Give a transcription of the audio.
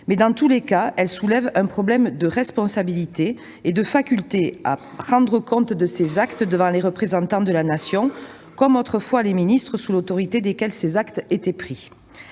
Dans tous les cas, elle soulève un problème de responsabilité et de faculté à rendre compte de ses actes devant les représentants de la Nation, comme autrefois les ministres sous l'autorité desquels ces actes étaient pris.